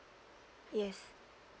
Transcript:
yes